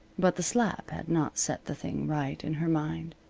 but the slap had not set the thing right in her mind.